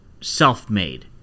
self-made